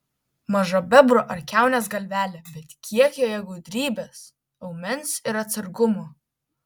maža bebro ar kiaunės galvelė bet kiek joje gudrybės aumens ir atsargumo